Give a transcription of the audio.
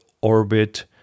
orbit